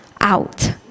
out